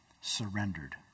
surrendered